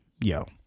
yo